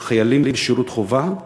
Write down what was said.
חיילים בשירות חובה,